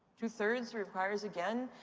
two three it requires again.